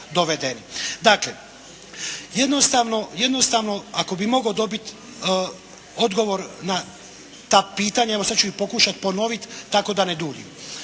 Dakle, jednostavno ako bi mogao dobiti odgovor na ta pitanja, evo sad ću ih pokušati ponoviti tako da ne duljim.